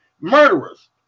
murderers